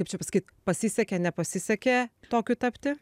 kaip čia pasakyt pasisekė nepasisekė tokiu tapti